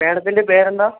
മാഡത്തിൻ്റെ പേരെന്താണ്